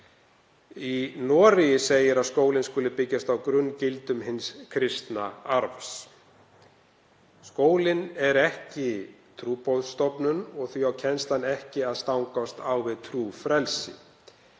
Í Noregi segir að skólinn skuli byggjast á grunngildum hins kristna arfs. Skólinn er ekki trúboðsstofnun og því á kennslan ekki að stangast á við trúfrelsi.